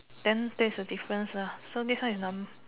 then that is the difference lah so next one is num~